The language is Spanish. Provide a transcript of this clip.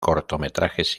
cortometrajes